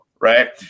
right